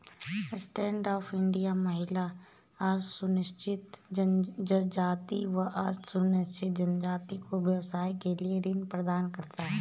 stand up India महिला, अनुसूचित जाति व अनुसूचित जनजाति को व्यवसाय के लिए ऋण प्रदान करता है